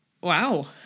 Wow